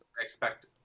expect